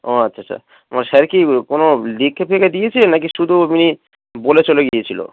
ও আচ্ছা আচ্ছা ম স্যার কি কোনো লিখে ফিখে দিয়েছিল নাকি শুধু উনি বলে চলে গিয়েছিলো